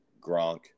Gronk